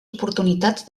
oportunitats